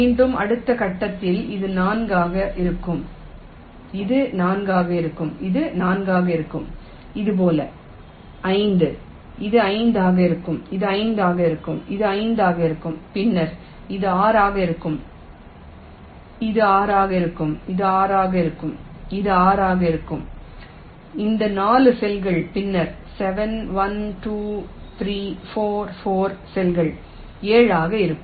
மீண்டும் அடுத்த கட்டத்தில் இது 4 ஆக இருக்கும் இது 4 ஆக இருக்கும் இது 4 ஆக இருக்கும் இது போல 5 இது 5 ஆக இருக்கும் இது 5 ஆக இருக்கும் இது 5 ஆக இருக்கும் பின்னர் இது 6 ஆக இருக்கும் இது இருக்கும் 6 இது 6 ஆக இருக்கும் இது 6 ஆக இருக்கும் இந்த 4 செல்கள் பின்னர் 7 1 2 3 4 4 செல்கள் 7 ஆக இருக்கும்